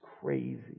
crazy